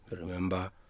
Remember